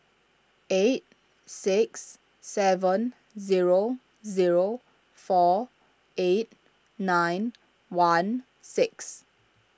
eight six seven zero zero four eight nine one six